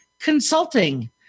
consulting